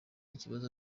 ikibazo